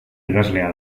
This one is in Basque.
idazlea